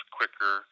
quicker